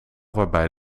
waarbij